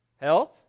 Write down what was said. Health